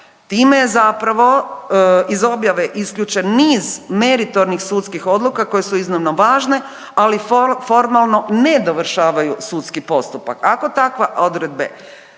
Time je zapravo iz objave isključen niz meritornih sudskih odluka koje su iznimno važne, ali formalno ne dovršavaju sudski postupak. Ako takva odredba